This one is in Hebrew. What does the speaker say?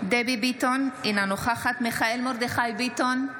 דבי ביטון, אינה נוכחת מיכאל מרדכי ביטון,